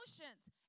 emotions